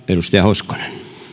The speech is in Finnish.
edustaja hoskonen